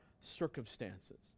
circumstances